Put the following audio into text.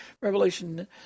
Revelation